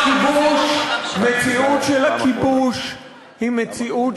כדור בראש, אורן חזן, אני אוציא אותך.